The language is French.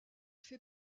fait